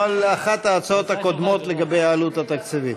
על אחת ההצעות הקודמות, לגבי העלות התקציבית.